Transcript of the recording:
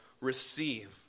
receive